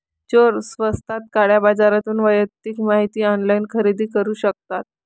चोर स्वस्तात काळ्या बाजारातून वैयक्तिक माहिती ऑनलाइन खरेदी करू शकतात